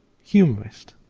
humorist,